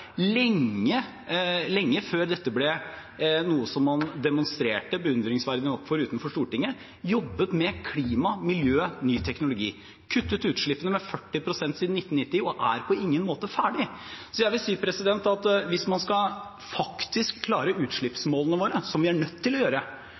jobbet med klima, miljø og ny teknologi og kuttet utslippene med 40 pst. siden 1990. Og de er på ingen måte ferdig. Så jeg vil si at hvis vi faktisk skal klare